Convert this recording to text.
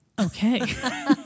okay